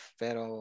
pero